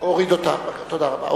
הוא הוריד אותה, תודה רבה.